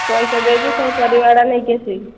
ପଇସା ଦେଇକି ସବୁ ପରିବା ଗୁଡ଼ାକ ନେଇକି ଆସିବି